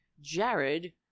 Jared